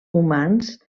humans